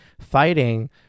fighting